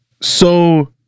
So-